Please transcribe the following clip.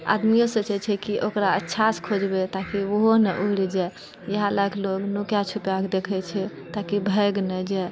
आदमिओ सोचै छै कि ओकरा अच्छासँ खोजबै ताकि ओहो नहि उड़ि जाइ इएह लऽ कऽ लोक नुका छुपाकऽ देखै छै ताकि भागि नहि जाइ